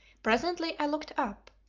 presently i looked up.